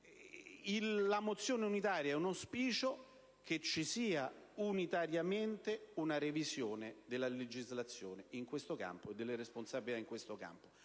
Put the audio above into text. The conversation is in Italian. La mozione unitaria rappresenta l'auspicio che vi sia unitariamente una revisione della legislazione e delle responsabilità in questo campo.